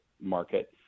market